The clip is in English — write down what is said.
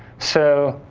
so,